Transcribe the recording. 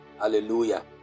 hallelujah